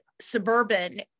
suburban